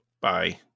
Bye